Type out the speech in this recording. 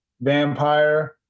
vampire